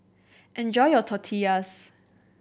enjoy your Tortillas